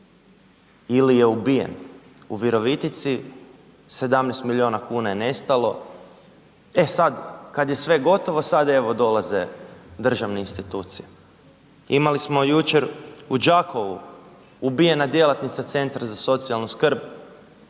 ili je ubijen u Virovitici 17 miliona kuna je nestalo, e sad kad je sve gotovo sad evo dolaze državne institucije. Imali smo jučer u Đakovu, ubijena djelatnica centra za socijalnu skrb,